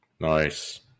nice